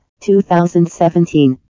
2017